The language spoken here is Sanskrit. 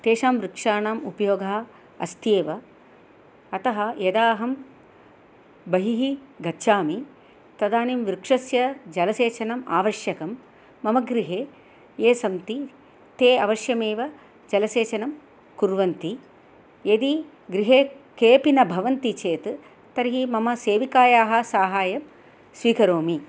तेषां वृक्षाणाम् उपयोगः अस्त्येव अतः यदा अहं बहिः गच्छामि तदानीं वृक्षस्य जलसेचनम् आवश्यकं मम गृहे ये सन्ति ते अवश्यमेव जलसेचनं कुर्वन्ति यदि गृहे केपि न भवन्ति चेत् तर्हि मम सेविकायाः साहायं स्वीकरोमि